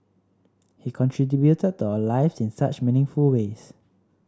he to our lives in such meaningful ways